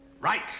right